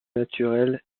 naturel